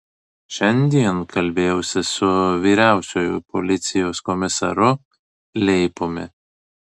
šiandien kalbėjausi su vyriausiuoju policijos komisaru leipumi